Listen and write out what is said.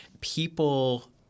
People